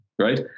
right